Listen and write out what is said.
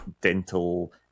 dental